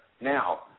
Now